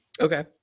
Okay